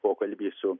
pokalbį su